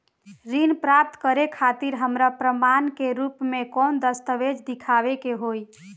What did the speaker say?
ऋण प्राप्त करे खातिर हमरा प्रमाण के रूप में कौन दस्तावेज़ दिखावे के होई?